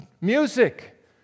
Music